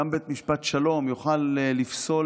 גם בית משפט שלום, יוכל לפסול